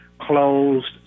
Closed